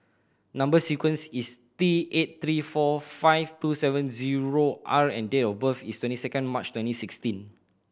number sequence is T eight three four five two seven zero R and date of birth is twenty second March twenty sixteen